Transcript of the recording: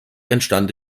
entstand